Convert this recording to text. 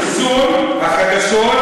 חיסול החדשות,